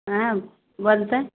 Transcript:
हँ बजतय